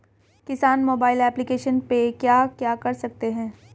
किसान mobile application पे क्या क्या कर सकते हैं?